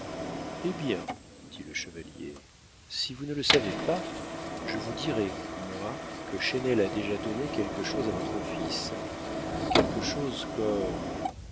hé bien dit le chevalier si vous ne le savez pas je vous dirai moi que chesnel a déjà donné quelque chose à votre fils quelque chose comme